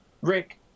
Rick